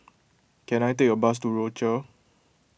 can I take a bus to Rochor